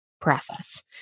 process